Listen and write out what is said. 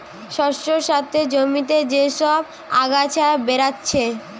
শস্যের সাথে জমিতে যে সব আগাছা বেরাচ্ছে